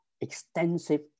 extensive